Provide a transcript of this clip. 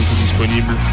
disponible